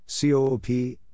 COOP